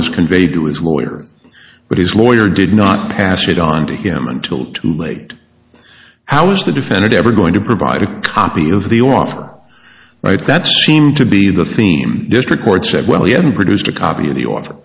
was conveyed to his lawyer but his lawyer did not pass it on to him until too late how is the defendant ever going to provide a copy of the offer right that seemed to be the theme district court said well you haven't produced a copy of the o